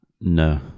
No